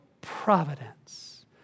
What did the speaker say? providence